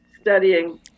studying